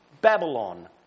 Babylon